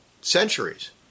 centuries